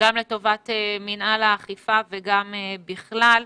גם לטובת מינהל האכיפה וגם בכלל.